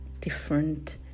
different